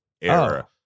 era